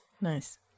Nice